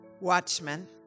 watchmen